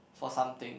for something